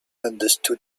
understood